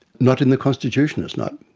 not in the constitution it's not.